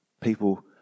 people